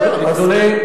לא הדרך.